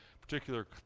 particular